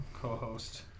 co-host